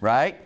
right